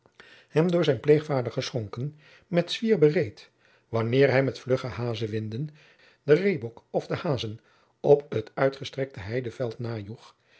hem door zijnen pleegvader geschonken met zwier bereed wanneer hij met vlugge hazewinden den reebok of de hazen op het uitgestrekte heideveld najoeg